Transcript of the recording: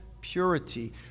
purity